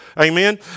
Amen